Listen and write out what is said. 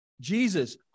jesus